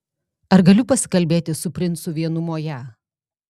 ar galiu pasikalbėti su princu vienumoje